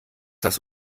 das